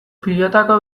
pilotako